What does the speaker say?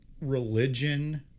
religion